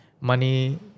money